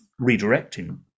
redirecting